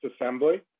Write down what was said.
assembly